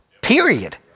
Period